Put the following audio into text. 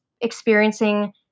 experiencing